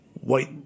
white